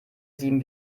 sieben